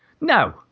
No